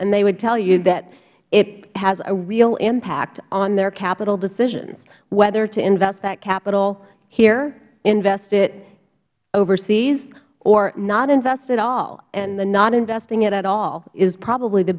and they would tell you that it has a real impact on their capital decisions whether to invest that capital here invest it overseas or not invest at all and the not investing it at all is probably the